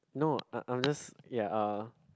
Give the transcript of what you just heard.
no I'm I'm just ya uh